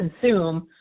consume